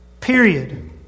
period